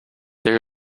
there